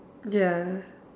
ya